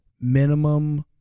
minimum